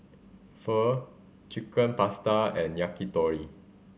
Pho Chicken Pasta and Yakitori